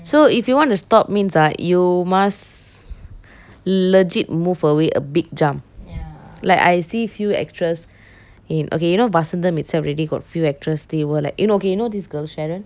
so if you want to stop means ah you must legit move away a big jump like I see few actress in okay you know vasantham itself already got few actress they were like eh okay you know this girl sharon